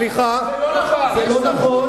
סליחה, זה לא נכון.